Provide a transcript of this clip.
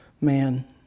man